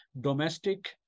domestic